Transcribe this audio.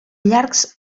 llargs